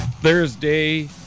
Thursday